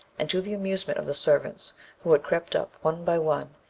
and to the amusement of the servants who had crept up one by one,